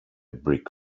brick